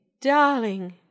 darling